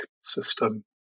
system